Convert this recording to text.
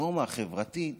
הנורמה החברתית